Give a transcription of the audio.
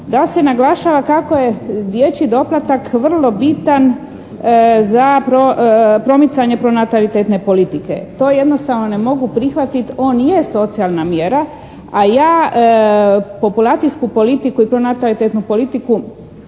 da se naglašava kako je dječji doplatak vrlo bitan za promicanje pronatalitetne politike. To jednostavno ne mogu prihvatiti. On je socijalna mjera, a ja populacijsku politiku i pronatalitetnu politiku